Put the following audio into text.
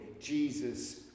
Jesus